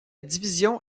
division